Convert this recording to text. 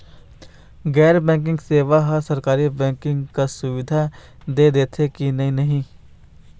गैर banking loan सेवा हा सरकारी बैंकिंग कस सुविधा दे देथे कि नई नहीं?